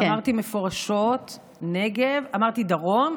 אני אמרתי מפורשות: דרום,